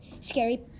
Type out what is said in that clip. scary